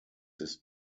ist